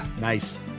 Nice